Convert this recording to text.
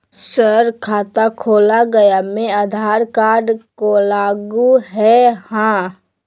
Sir खाता खोला गया मैं आधार कार्ड को लागू है हां?